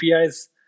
APIs